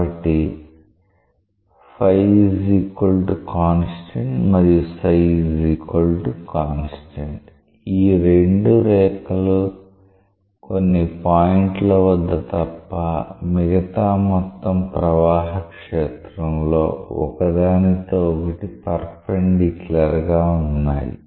కాబట్టి మరియు ఈ రెండు రేఖలు కొన్ని పాయింట్ల వద్ద తప్ప మిగతా మొత్తం ప్రవాహ క్షేత్రం లో ఒక దానితో ఒకటి పెర్ఫెన్దిక్యూలర్ గా ఉన్నాయి